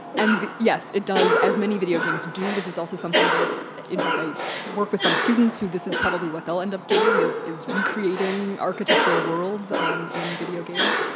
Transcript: and yes, it does, as many video games do. this is also something that in fact, i work with some students who this is probably what they'll end up doing is is recreating architectural worlds um in video games.